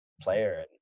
player